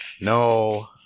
No